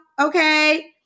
okay